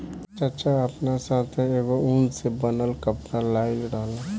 चाचा आपना साथै एगो उन से बनल कपड़ा लाइल रहन